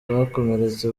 bakomeretse